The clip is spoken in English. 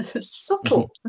subtle